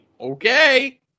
Okay